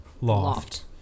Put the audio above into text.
loft